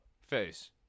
Face